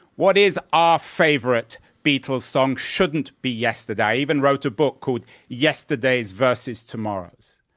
what is our favorite beatles song shouldn't be yesterday. i even wrote a book called yesterdays versus tomorrows.